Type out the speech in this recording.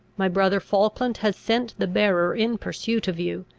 my brother falkland has sent the bearer in pursuit of you.